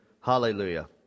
Hallelujah